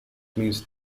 means